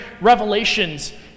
revelations